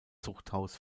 zuchthaus